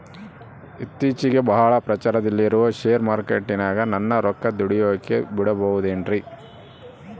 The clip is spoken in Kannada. ಇತ್ತೇಚಿಗೆ ಬಹಳ ಪ್ರಚಾರದಲ್ಲಿರೋ ಶೇರ್ ಮಾರ್ಕೇಟಿನಾಗ ನನ್ನ ರೊಕ್ಕ ದುಡಿಯೋಕೆ ಬಿಡುಬಹುದೇನ್ರಿ?